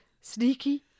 Sneaky